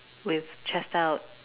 with chest out